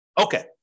Okay